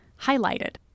highlighted